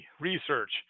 research